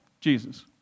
Jesus